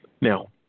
Now